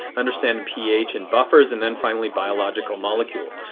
understanding ph and buffers. and then finally biological molecules.